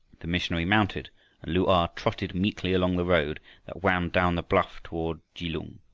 the missionary mounted, and lu-a trotted meekly along the road that wound down the bluff toward kelung.